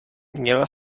měla